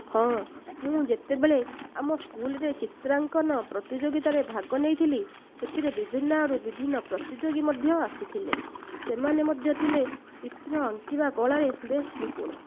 ହଁ ମୁଁ ଯେତେବେଳେ ଆମ ସ୍କୁଲରେ ଚିତ୍ରାଙ୍କନ ପ୍ରତିଯୋଗିତାରେ ଭାଗ ନେଇଥିଲି ସେଥିରେ ବିଭିନ୍ନ ଆଡ଼ୁ ବିଭିନ୍ନ ପ୍ରତିଯୋଗୀ ମଧ୍ୟ ଆସିଥିଲେ ସେମାନେ ମଧ୍ୟ ଥିଲେ ଚିତ୍ର ଆଙ୍କିବା କଳାରେ ବେଶ ନିପୁଣ